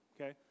okay